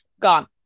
gone